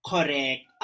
Correct